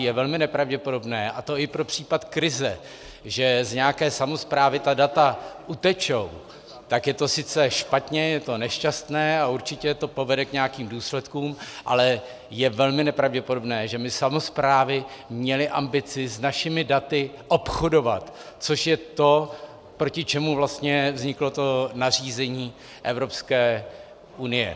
Je velmi nepravděpodobné, a to i pro případ krize, že z nějaké samosprávy ta data utečou, tak je to sice špatně, je to nešťastné a určitě to povede k nějakým důsledkům, ale je velmi nepravděpodobné, že by samosprávy měly ambici s našimi daty obchodovat, což je to, proti čemuž vlastně vzniklo to nařízení Evropské unie.